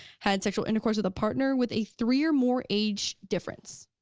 had sexual intercourse with a partner with a three-year more age difference.